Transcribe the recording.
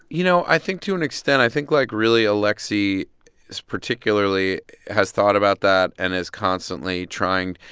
you know, i think to an extent i think, like, really alexi particularly has thought about that and is constantly trying,